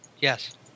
Yes